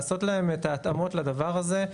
לעשות להם את ההתאמות לדבר הזה,